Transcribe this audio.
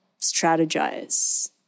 strategize